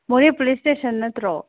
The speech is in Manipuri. ꯃꯣꯔꯦ ꯄꯨꯂꯤꯁ ꯏꯁꯇꯦꯁꯟ ꯅꯠꯇ꯭ꯔꯣ